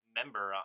member